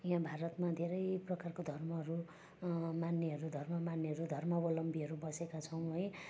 यहाँ भारतमा धेरै प्रकारको धर्महरू मान्नेहरू धर्म मान्नेहरू धर्मावलम्बीहरू बसेका छौँ है